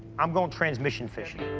i'm going transmission-fishing.